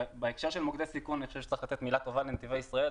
בהקשר של מוקדי סיכון אני חושב שצריך לתת מילה טובה לנתיבי ישראל.